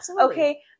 Okay